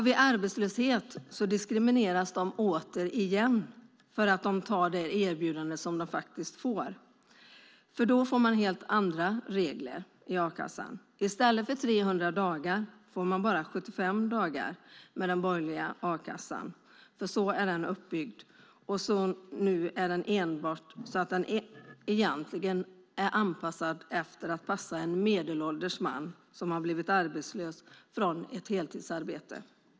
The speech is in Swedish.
Vid arbetslöshet diskrimineras de återigen därför att de tar de erbjudanden som de faktiskt får, för då får man helt andra regler i a-kassan. I stället för 300 dagar får man bara 75 dagar med den borgerliga a-kassan - så är den uppbyggd. Nu är den egentligen anpassad efter en medelålders man som har blivit arbetslös från ett heltidsarbete.